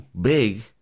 big